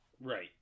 Right